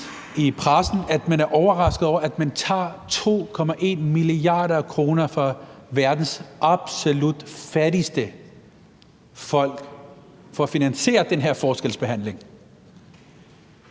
– det kunne man læse i pressen – at man tager 2,1 mia. kr. fra verdens absolut fattigste folk for at finansiere den her forskelsbehandling,